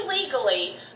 illegally